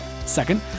Second